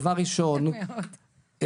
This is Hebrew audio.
דבר ראשון,